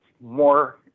more